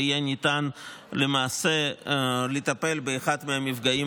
ויהיה ניתן למעשה לטפל באחד מהמפגעים